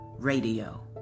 Radio